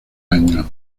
años